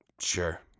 Sure